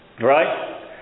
right